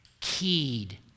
keyed